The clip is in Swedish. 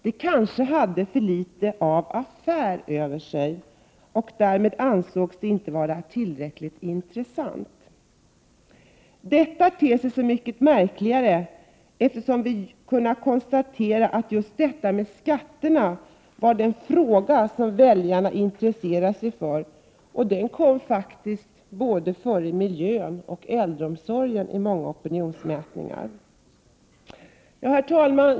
Den kanske hade för litet av ”affär” över sig, och därmed ansågs den inte vara tillräckligt intressant. Detta ter sig så mycket märkligare, eftersom vi ju kunnat konstatera att just detta med skatterna var den fråga som väljarna intresserade sig för. Den kom faktiskt före både miljön och äldreomsorgen i många opinionsmätningar. Herr talman!